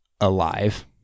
Alive